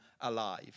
alive